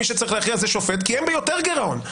מי שצריך להכריע זה שופט כי הם ביותר גירעון.